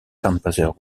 composer